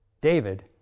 David